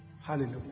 Hallelujah